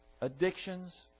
addictions